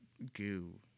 Goo